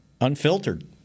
unfiltered